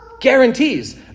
guarantees